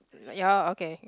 ya okay